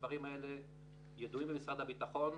הדברים האלה ידועים במשרד הביטחון,